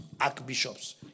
archbishops